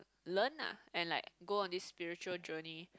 learn lah and like go on this spiritual journey